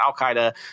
Al-Qaeda